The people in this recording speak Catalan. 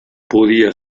podia